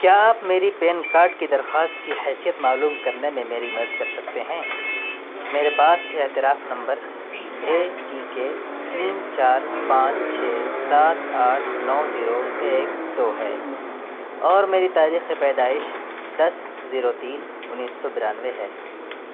کیا آپ میری پین کاڈ کی درخواست کی حیثیت معلوم کرنے میں میری مدد کر سکتے ہیں میرے پاس اعتراف نمبر اے سی کے تین چار پانچ چھ سات آٹھ نو زیرو ایک دو ہے اور میری تاریخ پیدائش دس زیرو تین انیس سو بانوے ہے